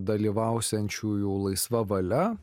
dalyvausiančiųjų laisva valia